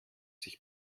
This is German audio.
sich